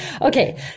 Okay